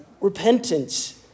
Repentance